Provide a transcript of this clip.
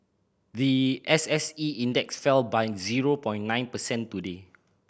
the S S E Index fell by zero point nine percent today